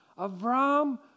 Avram